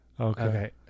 Okay